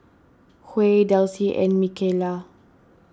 Huey Delsie and Mikayla